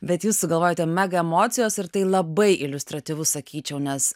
bet jūs sugalvojote mega emocijos ir tai labai iliustratyvu sakyčiau nes